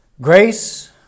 grace